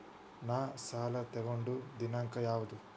ನಾ ಸಾಲ ತಗೊಂಡು ದಿನಾಂಕ ಯಾವುದು?